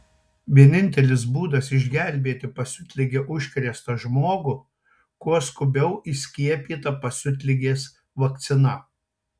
vienintelis būdas išgelbėti pasiutlige užkrėstą žmogų kuo skubiau įskiepyta pasiutligės vakcina